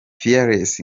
fearless